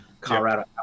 Colorado